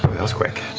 that was quick.